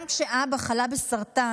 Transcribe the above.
גם כשאבא חלה בסרטן,